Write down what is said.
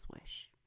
wish